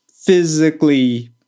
physically